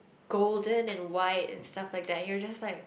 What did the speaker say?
golden and white stuff like that you will just like